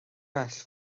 well